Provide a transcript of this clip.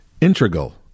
Integral